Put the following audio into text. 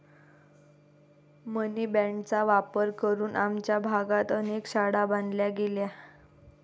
मनी बाँडचा वापर करून आमच्या भागात अनेक शाळा बांधल्या गेल्या